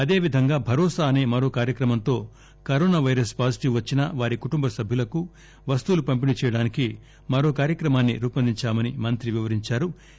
అదేవిధంగా భరోసా అసే మరో కార్యక్రమంతో కరోనా పైరస్ పాజిటివ్ వచ్చినా వారి కుటుంబ సభ్యులకు వస్తువులు పంపిణీ చేయడానికి మరో కార్యక్రమాన్సి రూపొందించామని వివరించారు